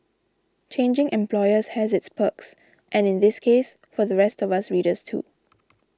changing employers has its perks and in this case for the rest of us readers too